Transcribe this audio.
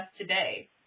today